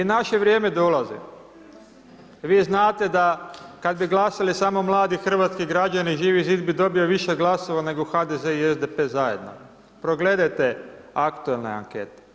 I naše vrijeme dolazi, vi znate da kad bi glasali samo mladi hrvatski građani, Živi Zid bi dobio više glasova nego HDZ i SDP zajedno, progledajte aktualne ankete.